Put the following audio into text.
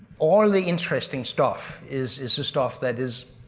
all the interesting stuff is is the stuff that is.